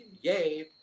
yay